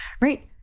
right